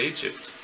Egypt